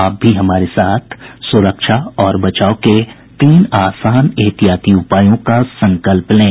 आप भी हमारे साथ सुरक्षा और बचाव के तीन आसान एहतियाती उपायों का संकल्प लें